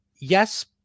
Yes